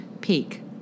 peak